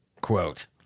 quote